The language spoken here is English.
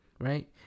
right